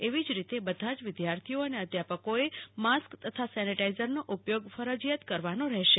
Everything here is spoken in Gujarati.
એવી જ રીતે બધા જ વિદ્યાર્થીઓ અને અધ્યાપકોએ માસ્ક તથા સેનીટાઈઝરેનો ઉપયોગ ફરજીયાત કરવાનો રહેશે